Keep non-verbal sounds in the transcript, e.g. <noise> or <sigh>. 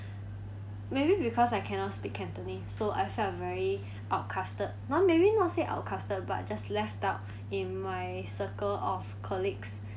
maybe because I cannot speak cantonese so I felt very outcasted not maybe not say outcasted but just left out <breath> in my circle of colleagues